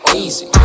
easy